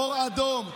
אור אדום,